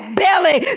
belly